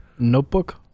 Notebook